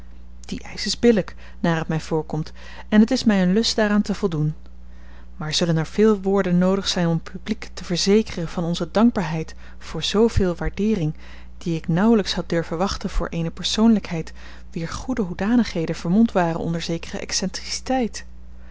die eisch is billijk naar het mij voorkomt en het is mij een lust daaraan te voldoen maar zullen er veel woorden noodig zijn om het publiek te verzekeren van onze dankbaarheid voor zooveel waardeering die ik nauwelijks had durven wachten voor eene persoonlijkheid wier goede hoedanigheden vermomd waren onder zekere